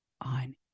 on